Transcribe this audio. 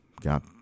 got